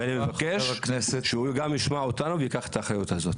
ואני מבקש הוא יישמע אותנו וייקח את האחריות הזאת.